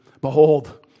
behold